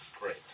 great